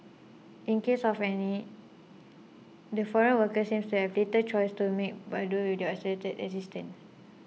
in case of any the foreign workers seem to have little choice to make but do with their isolated existence